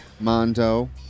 Mondo